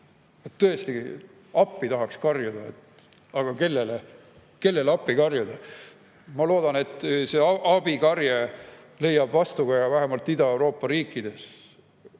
Tõesti, appi tahaks karjuda, aga kellele appi karjuda? Ma loodan, et see appikarje leiab vastukaja vähemalt Ida‑Euroopa riikides,